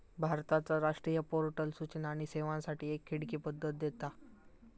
भारताचा राष्ट्रीय पोर्टल सूचना आणि सेवांसाठी एक खिडकी पद्धत देता